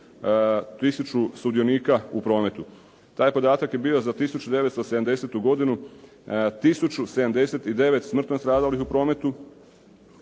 1000 sudionika u prometu. Taj podatak je bio za 1970.-tu godinu 1079 smrtno stradalih u prometu,